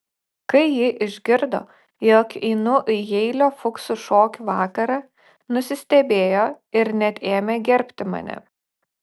kai ji išgirdo jog einu į jeilio fuksų šokių vakarą nusistebėjo ir net ėmė gerbti mane